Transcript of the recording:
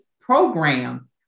program